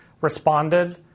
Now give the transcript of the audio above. responded